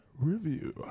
review